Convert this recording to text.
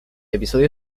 episodio